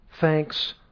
thanks